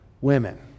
women